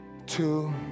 two